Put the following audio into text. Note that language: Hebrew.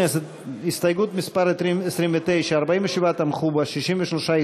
ההסתייגות (29) של קבוצת סיעת המחנה הציוני,